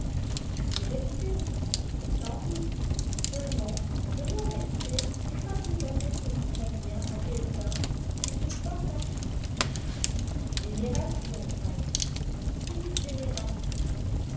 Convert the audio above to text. de respect mais sans doute seulement le mot respect n'est pas tout à fait ce qui convient à quelqu'un qui se croit sacré dites vénération fanny dites vénération